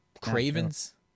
Cravens